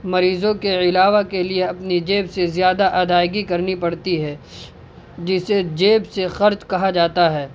مریضوں کے علاوہ کے لیے اپنی جیب سے زیادہ ادائیگی کرنی پڑتی ہے جسے جیب سے خرچ کہا جاتا ہے